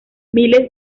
miles